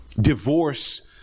divorce